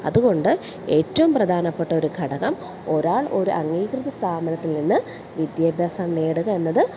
അതുകൊണ്ട് ഏറ്റവും പ്രധാനപ്പെട്ട ഒരു ഘടകം ഒരാൾ ഒരു അംഗീകൃത സ്ഥാപനത്തിൽ നിന്ന് വിദ്യാഭ്യാസം നേടുക എന്നത്